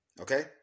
Okay